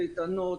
לקייטנות.